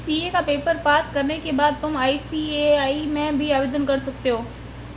CA का paper pass करने के बाद तुम आई.सी.ए.आई में भी आवेदन कर सकते हो